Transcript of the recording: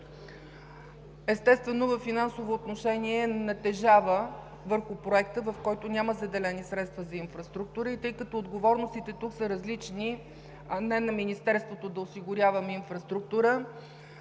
естествено, във финансово отношение натежава върху проекта, в който няма заделени средства за инфраструктура. Тъй като отговорностите тук са различни, а не на Министерството – да осигуряваме инфраструктура,